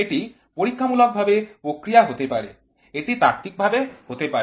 এটি পরীক্ষামূলকভাবে প্রক্রিয়া হতে পারে এটি তাত্ত্বিক ভাবে হতে পারে